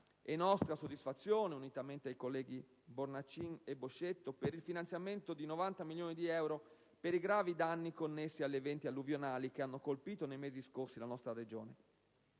e nostra soddisfazione, unitamente ai colleghi Bornacin e Boscetto, per il finanziamento di 90 milioni di euro per i gravi danni connessi agli eventi alluvionali che hanno colpito nei mesi scorsi la nostra Regione.